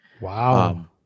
Wow